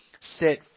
set